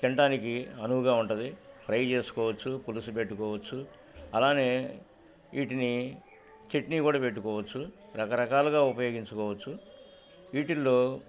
తింటానికి అనువుగా ఉంటది ఫ్రై చేసుకోవచ్చు పులుసు పెట్టుకోవచ్చు అలానే వీటిని చట్నీ కూడా పెట్టుకోవచ్చు రకరకాలుగా ఉపయోగించుకోవచ్చు వీటిల్లో